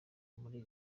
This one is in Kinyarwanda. muri